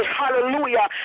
hallelujah